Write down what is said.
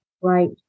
Right